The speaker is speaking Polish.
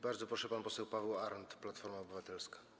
Bardzo proszę, pan poseł Paweł Arndt, Platforma Obywatelska.